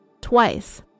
twice